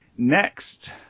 Next